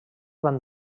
van